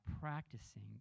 practicing